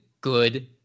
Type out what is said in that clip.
good